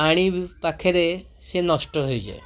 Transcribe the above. ପାଣି ପାଖରେ ସେ ନଷ୍ଟ ହୋଇଯାଏ